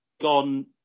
gone